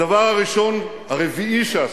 הדבר הראשון, הרביעי שעשינו,